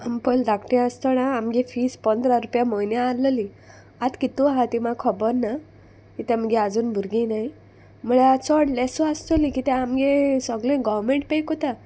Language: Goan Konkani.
आम पयल धाकटी आसतोणा आमगे फीज पोंदरा रुपया म्होयने आल्हली आतां कितू आहा ती म्हाका खोबोर ना कितें मगे आजून भुरगीं न्हय म्हुळ्यार चोड लेसू आसतली कित्या आमगे सोगले गोवमेंट पे कोता